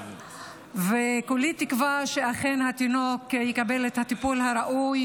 כולי תקווה שאכן התינוק יקבל את הטיפול הראוי